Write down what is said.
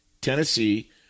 Tennessee